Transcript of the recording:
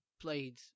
played